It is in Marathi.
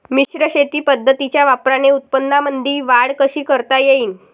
मिश्र शेती पद्धतीच्या वापराने उत्पन्नामंदी वाढ कशी करता येईन?